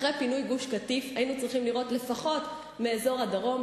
אחרי פינוי גוש-קטיף היינו צריכים לראות לפחות מאזור הדרום,